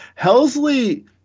Helsley